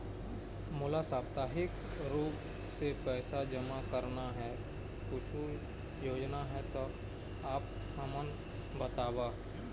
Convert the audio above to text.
मोला साप्ताहिक रूप से पैसा जमा करना हे, कुछू योजना हे त आप हमन बताव?